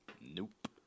Nope